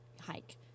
hike